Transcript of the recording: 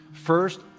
First